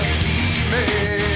demon